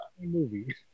movie